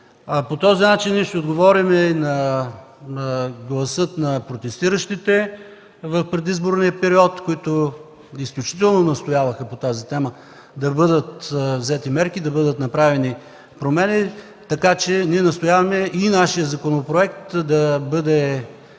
По този начин ще отговорим на гласа на протестиращите в предизборния период, които настояваха изключително по тази тема да бъдат взети мерки, да бъдат направени промени. Настояваме нашият законопроект да бъде